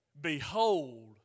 Behold